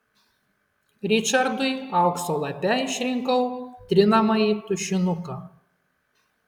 ričardui aukso lape išrinkau trinamąjį tušinuką